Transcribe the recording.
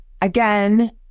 again